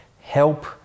help